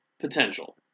potential